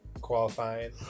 qualifying